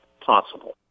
possible